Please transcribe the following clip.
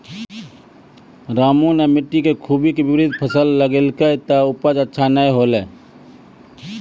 रामू नॅ मिट्टी के खूबी के विपरीत फसल लगैलकै त उपज अच्छा नाय होलै